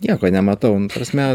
nieko nematau nu ta prasme